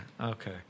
Okay